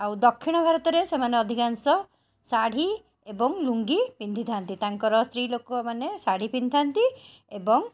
ଆଉ ଦକ୍ଷିଣ ଭାରତରେ ସେମାନେ ଅଧିକାଂଶ ଶାଢ଼ୀ ଏବଂ ଲୁଙ୍ଗି ପିନ୍ଧିଥାନ୍ତି ତାଙ୍କର ସ୍ତ୍ରୀଲୋକ ମାନେ ଶାଢ଼ୀ ପିନ୍ଧିଥାନ୍ତି ଏବଂ